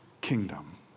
kingdom